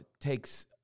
takes